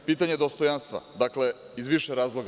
Pitanje dostojanstva, dakle, iz više razloga.